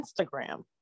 Instagram